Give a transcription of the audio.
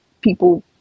people